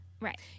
right